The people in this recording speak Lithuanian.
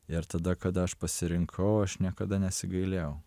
ir tada kada aš pasirinkau aš niekada nesigailėjau